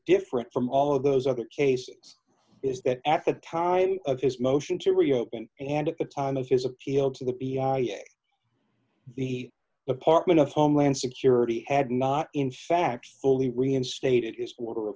different from all of those other cases is that at the time of his motion to reopen and at the time of his appeal to the the apartment of homeland security had not in fact only reinstated his w